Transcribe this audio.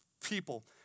people